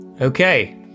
Okay